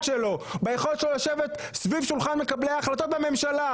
שלו ביכולות שלו לשבת סביב שולחן מקבלי ההחלטות בממשלה,